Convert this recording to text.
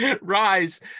rise